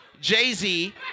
Jay-Z